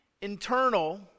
internal